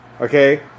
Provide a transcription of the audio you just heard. Okay